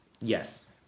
Yes